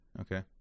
Okay